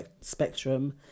spectrum